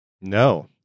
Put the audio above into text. No